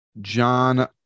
John